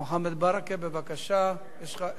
בבקשה, יש לך עשר דקות.